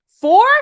Four